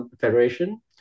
Federation